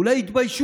אולי הם התביישו,